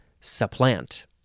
supplant